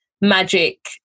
magic